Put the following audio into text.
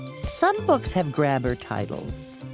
some books have grabber titles.